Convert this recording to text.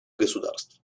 государств